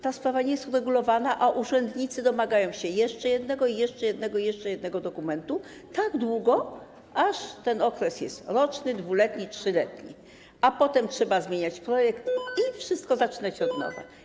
Ta sprawa nie jest uregulowana, a urzędnicy domagają się jeszcze jednego i jeszcze jednego, i jeszcze jednego dokumentu, tak długo aż ten okres jest roczny, 2-letni, 3-letni, a potem trzeba zmieniać projekt i wszystko zaczyna się od nowa.